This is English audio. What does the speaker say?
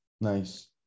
nice